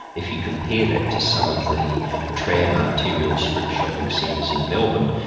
if you compare that to some of the tram arterial strip shopping centres in melbourne,